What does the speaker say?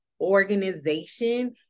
organization